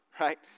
right